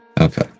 Okay